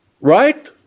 right